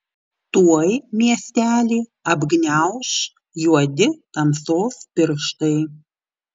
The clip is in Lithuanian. tuoj miestelį apgniauš juodi tamsos pirštai